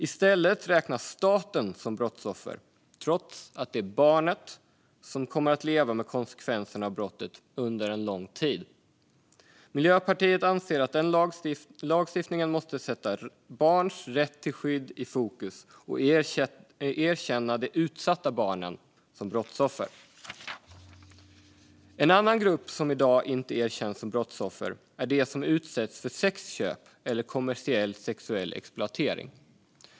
I stället räknas staten som brottsoffer, trots att det är barnet som kommer att leva med konsekvenserna av brottet under en lång tid. Miljöpartiet anser att lagstiftningen måste sätta barns rätt till skydd i fokus och erkänna de utsatta barnen som brottsoffer. En annan grupp som i dag inte erkänns som brottsoffer är de som utsätts för sexköp eller kommersiell sexuell exploatering.